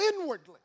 inwardly